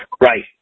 Right